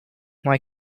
why